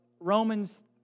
Romans